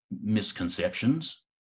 misconceptions